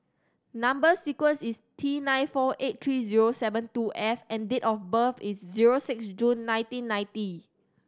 number sequence is T nine four eight three zero seven two F and date of birth is zero six June nineteen ninety